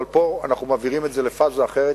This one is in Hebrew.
אבל פה אנחנו מעבירים את זה לפאזה אחרת: